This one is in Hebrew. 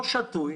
לא שתוי,